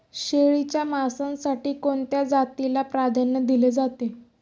शेळीच्या मांसासाठी कोणत्या जातीला प्राधान्य दिले जाते?